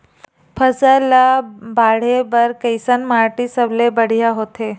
फसल ला बाढ़े बर कैसन माटी सबले बढ़िया होथे?